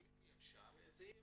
אם אי אפשר, אז אי אפשר,